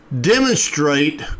demonstrate